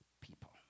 people